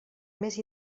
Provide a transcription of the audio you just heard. més